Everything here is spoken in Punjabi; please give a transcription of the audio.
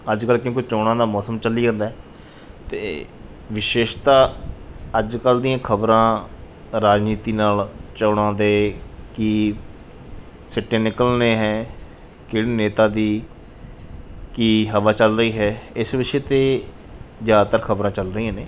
ਅੱਜ ਕੱਲ੍ਹ ਕਿਉਂਕਿ ਚੋਣਾਂ ਦਾ ਮੌਸਮ ਚੱਲੀ ਜਾਂਦਾ ਹੈ ਅਤੇ ਵਿਸ਼ੇਸ਼ਤਾ ਅੱਜ ਕੱਲ੍ਹ ਦੀਆਂ ਖਬਰਾਂ ਰਾਜਨੀਤੀ ਨਾਲ ਚੋਣਾਂ ਦੇ ਕੀ ਸਿੱਟੇ ਨਿਕਲਣੇ ਹੈ ਕਿਹੜੇ ਨੇਤਾ ਦੀ ਕੀ ਹਵਾ ਚੱਲ ਰਹੀ ਹੈ ਇਸ ਵਿਸ਼ੇ 'ਤੇ ਜ਼ਿਆਦਾਤਰ ਖਬਰਾਂ ਚੱਲ ਰਹੀਆਂ ਨੇ